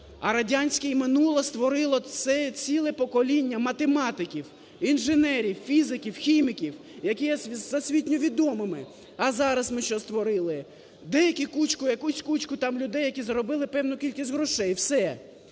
а радянське минуле створило ціле покоління математиків, інженерів, фізиків, хіміків, які є всесвітньо відомими. А зараз ми що створили? Деякі кучку, якусь кучку, там, людей, які заробили певну кількість грошей, все.